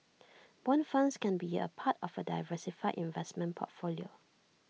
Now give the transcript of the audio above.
Bond funds can be A part of A diversified investment portfolio